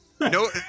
No